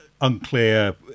unclear